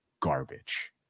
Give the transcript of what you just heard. garbage